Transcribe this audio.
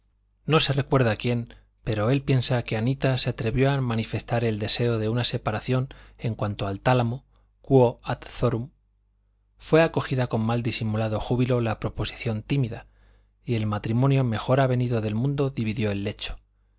no se recuerda quién pero él piensa que anita se atrevió a manifestar el deseo de una separación en cuanto al tálamo quo ad thorum fue acogida con mal disimulado júbilo la proposición tímida y el matrimonio mejor avenido del mundo dividió el lecho